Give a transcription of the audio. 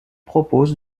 propose